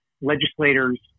legislators